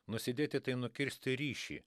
nusidėti tai nukirsti ryšį